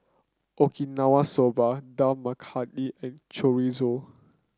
Okinawa Soba Dal Makhani and Chorizo